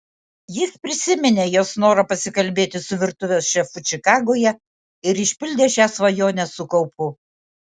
jis prisiminė jos norą pasikalbėti su virtuvės šefu čikagoje ir išpildė šią svajonę su kaupu